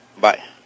Bye